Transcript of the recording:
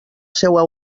seua